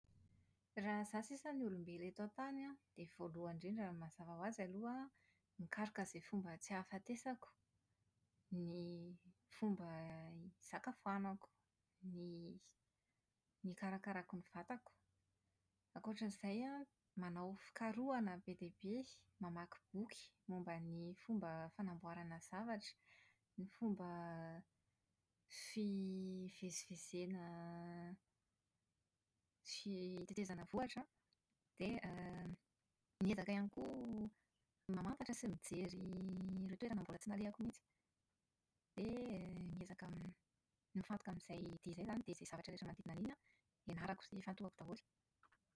Raha izaho sisa ny olombelona eto an-tany an, dia voalohany indrindra mazava ho azy aloha an, mikaroka izay fomba tsy ahafatesako, ny fomba hisakafoanako, ny hi- hikarakarako ny vatako. Ankoatra an'izay an, manao fikarohana be dia be, mamaky boky momba ny fomba fanamboarana zavatra, ny fomba fivezivezena sy fitetezana vohitra an, dia miezaka ihany koa mamantatra sy mijery ireo toerana mbola tsy nalehako mihitsy. Dia miezaka mifantoka amin'izay dia izay izany, dia izay zavatra rehetra manodidina an'iny an, hianarako sy hifantohako daholo.